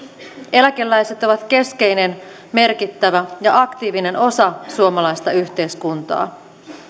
eläkeläiset ovat keskeinen merkittävä ja aktiivinen osa suomalaista yhteiskuntaa